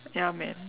ya man